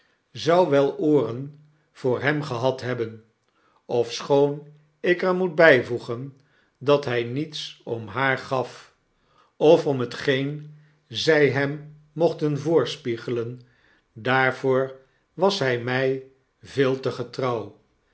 zou wel ooren voor hem gehad hebben ofschoon ik er moet bijvoegen dat h niets om haar gaf of om hetgeen zy hem mochten voorspiegelen daarvoor was hy my veel te getrouw